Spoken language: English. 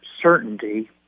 certainty